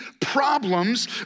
problems